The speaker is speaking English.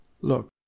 Look